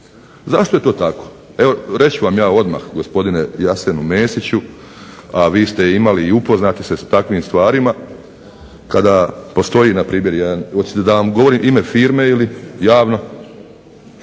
Zašto je to tako? Evo reći ću vam ja odmah gospodine Jasenu Mesiću, a vi ste imali i upoznati ste s takvim stvarima kada postoji npr. jedan, hoćete da vam govorim ime firme javno